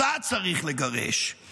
צריך לגרש מעל במת ההיסטוריה.